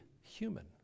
human